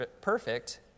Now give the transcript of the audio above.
perfect